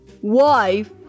wife